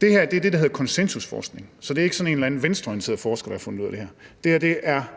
Det her er det, der hedder konsensusforskning, så det er ikke sådan en eller anden venstreorienteret forsker, der har fundet ud af det her. Det var